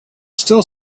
still